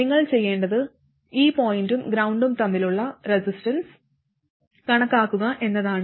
നിങ്ങൾ ചെയ്യേണ്ടത് ഈ പോയിന്റും ഗ്രൌണ്ടും തമ്മിലുള്ള റെസിസ്റ്റൻസ് കണക്കാക്കുക എന്നതാണ്